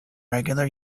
regular